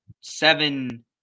seven